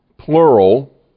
plural